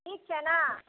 ठीक छै ने